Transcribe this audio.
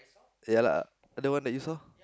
ya lah the one that you saw